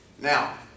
Now